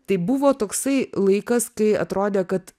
tai buvo toksai laikas kai atrodė kad